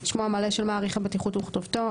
1. שמו המלא של מעריך הבטיחות וכתובתו,